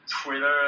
Twitter